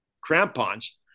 crampons